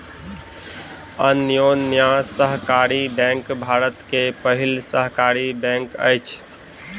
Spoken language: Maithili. अन्योन्या सहकारी बैंक भारत के पहिल सहकारी बैंक अछि